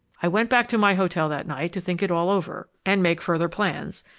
i went back to my hotel that night to think it all over and make further plans,